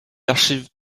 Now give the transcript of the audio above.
archives